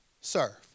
serve